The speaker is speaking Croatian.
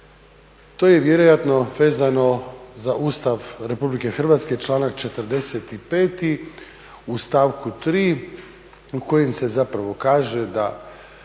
to je vjerojatno vezano za Ustav Republike Hrvatske članak 45. u stavku 3. u kojem se zapravo kaže da